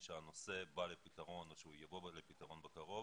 שהנושא בא לפתרון או שהוא יבוא לפתרון בקרוב.